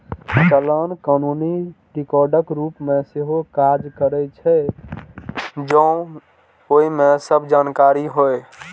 चालान कानूनी रिकॉर्डक रूप मे सेहो काज कैर सकै छै, जौं ओइ मे सब जानकारी होय